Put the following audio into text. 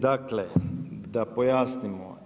Dakle, da pojasnimo.